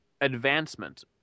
advancement